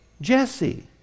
Jesse